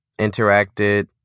interacted